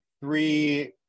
three